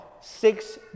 six